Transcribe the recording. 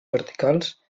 verticals